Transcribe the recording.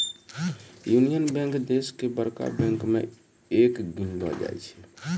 union Bank देश के बड़का बैंक मे एक गिनलो जाय छै